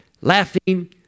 laughing